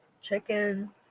chicken